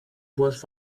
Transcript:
was